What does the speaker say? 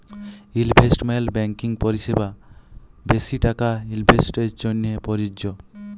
investment banking পরিসেবা বেশি টাকা ইলভেস্টের জ্যনহে পরযজ্য